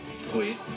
Sweet